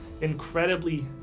incredibly